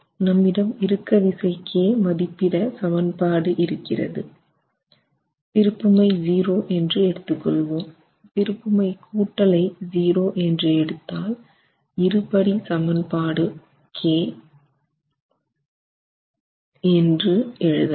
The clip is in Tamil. நம்மிடம் இறுக்க விசை k மதிப்பிட சமன்பாடு இருக்கிறது திருப்புமை 0 என்று எடுத்து கொள்வோம் திருப்புமை கூட்டலை 0 என்று எடுத்தால் இருபடி சமன்பாடு k என்று எழுதலாம்